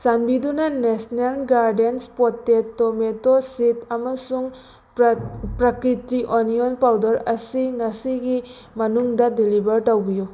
ꯆꯥꯟꯕꯤꯗꯨꯅ national gardens ꯄꯣꯠꯇꯦꯗ tomato seed ꯑꯃꯁꯨꯡ ꯄ꯭ꯔꯀ꯭ꯔꯤꯇꯤꯛ ꯑꯣꯅꯤꯌꯟ ꯄꯥꯎꯗꯔ ꯑꯁꯤ ꯉꯁꯤꯒꯤ ꯃꯅꯨꯡꯗ ꯗꯤꯂꯤꯚꯔ ꯇꯧꯕꯤꯌꯨ